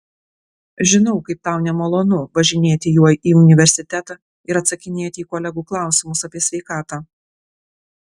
žinau kaip tau nemalonu važinėti juo į universitetą ir atsakinėti į kolegų klausimus apie sveikatą